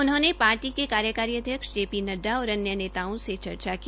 उन्होंने पार्टी के कार्यकारी अध्यक्ष जे पी नड्डा और अन्य नेताओं से चर्चा की